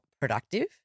productive